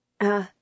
Uh